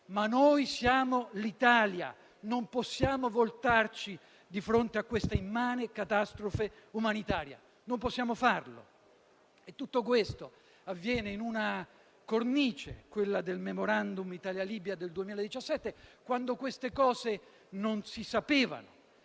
Ma noi siamo l'Italia, non possiamo voltarci di fronte a questa immane catastrofe umanitaria. Non possiamo farlo. Tutto questo avviene in una cornice, quella del *memorandum* Italia-Libia del 2017, quando queste cose non si sapevano.